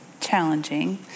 challenging